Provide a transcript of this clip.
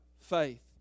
faith